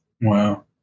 Wow